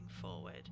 forward